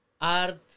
art